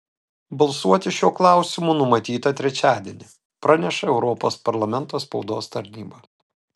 balsuoti šiuo klausimu numatyta trečiadienį praneša europos parlamento spaudos tarnyba